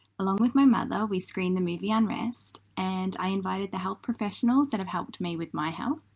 along with my mother we screened the movie unrest and i invited the health professionals that have helped me with my health,